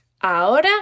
Ahora